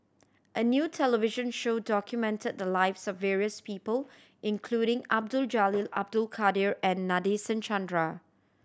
a new television show documented the lives of various people including Abdul Jalil Abdul Kadir and Nadasen Chandra